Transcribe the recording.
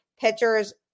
pitchers